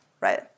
right